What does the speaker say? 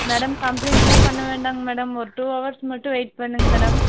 madam கம்ப்ளைன்ட்லாம் பண்ண வேண்டாங்க மேடம் ஒரு டூ அவர்ஸ் மட்டும் வெயிட் பண்ணுங்கள் மேடம்